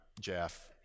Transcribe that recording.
Jeff